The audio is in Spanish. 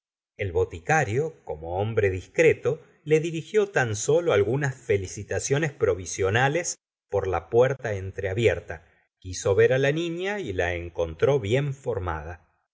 el boticario como hombre discreto le dirigió tan sólo algunas felicitaciones provisionales por la puerta entreabierta quiso ver la niña y la encontró bien formada